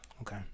Okay